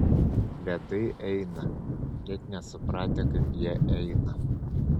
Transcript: ledai eina net nesupratę kaip jie eina